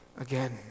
again